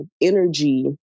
energy